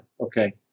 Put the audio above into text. okay